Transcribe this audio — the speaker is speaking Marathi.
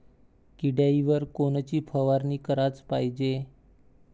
किड्याइवर कोनची फवारनी कराच पायजे?